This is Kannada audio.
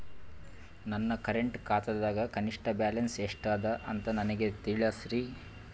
ನನ್ನ ಕರೆಂಟ್ ಖಾತಾದಾಗ ಕನಿಷ್ಠ ಬ್ಯಾಲೆನ್ಸ್ ಎಷ್ಟು ಅದ ಅಂತ ನನಗ ತಿಳಸ್ರಿ